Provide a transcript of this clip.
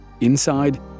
Inside